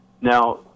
Now